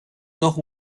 nord